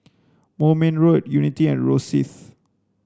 Moulmein Road Unity and Rosyth